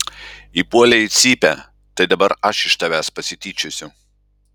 įpuolei į cypę tai dabar aš iš tavęs pasityčiosiu